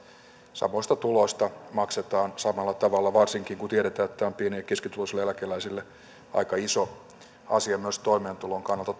samoista tuloista maksetaan samalla tavalla varsinkin kun tiedetään että tämä on pieni ja keskituloisille eläkeläisille aika iso asia myös toimeentulon kannalta